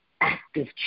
active